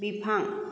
बिफां